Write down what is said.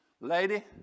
Lady